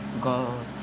god